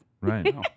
Right